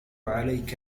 عليك